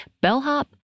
bellhop